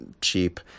cheap